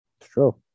True